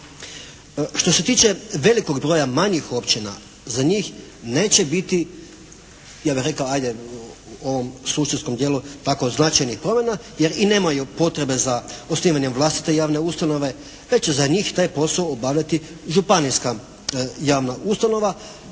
Što se tiče velikog broja manjih općina, za njih neće biti ja bih rekao ajde u ovom suštinskom dijelu tako značajnih promjena jer i nemaju potrebe za osnivanjem vlastite javne ustanove, već će za njih taj posao obavljati županijska javna ustanova,